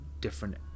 different